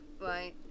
Right